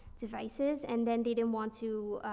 devices, and then they didn't want to,